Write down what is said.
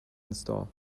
install